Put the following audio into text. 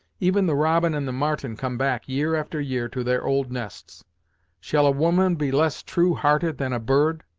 even the robin and the martin come back, year after year, to their old nests shall a woman be less true hearted than a bird?